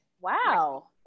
Wow